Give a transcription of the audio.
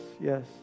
yes